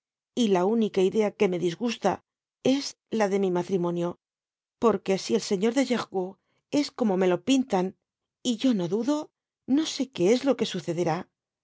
y la única idea que me disgusta es la de mi matrimooio j p ue si el señor de grercourt es como me lo pintan y yo no dudo no aé que es lo que su